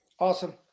Awesome